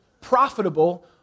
profitable